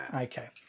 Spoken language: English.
Okay